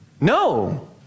No